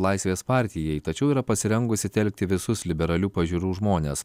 laisvės partijai tačiau yra pasirengusi telkti visus liberalių pažiūrų žmones